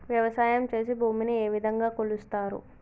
వ్యవసాయం చేసి భూమిని ఏ విధంగా కొలుస్తారు?